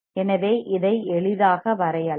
எனவே இதை எளிதாக வரையலாம்